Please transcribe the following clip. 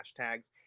hashtags